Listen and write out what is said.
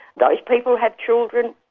those people have children,